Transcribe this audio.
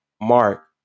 Mark